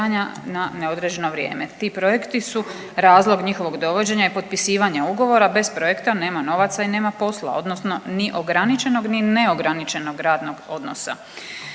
na neodređeno vrijeme. Ti projekti su razlog njihovog dovođenja i potpisivanja ugovora, bez projekta nema novaca i nema posla odnosno ni ograničenog ni neograničenog radnog odnosa